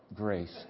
Grace